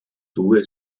due